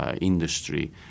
industry